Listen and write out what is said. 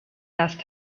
dust